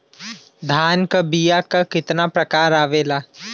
धान क बीया क कितना प्रकार आवेला?